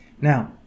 now